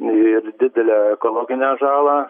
ir didelę ekologinę žalą